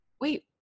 wait